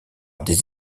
des